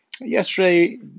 Yesterday